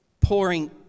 pouring